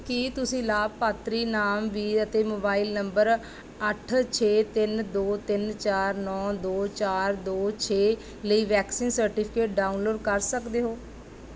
ਕੀ ਤੁਸੀਂ ਲਾਭਪਾਤਰੀ ਨਾਮ ਵੀਰ ਅਤੇ ਮੋਬਾਈਲ ਨੰਬਰ ਅੱਠ ਛੇ ਤਿੰਨ ਦੋ ਤਿੰਨ ਚਾਰ ਨੌ ਦੋ ਚਾਰ ਦੋ ਛੇ ਲਈ ਵੈਕਸੀਨ ਸਰਟੀਫਿਕੇਟ ਡਾਊਨਲੋਡ ਕਰ ਸਕਦੇ ਹੋ